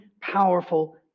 powerful